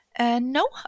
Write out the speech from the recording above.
No